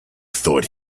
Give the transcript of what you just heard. thought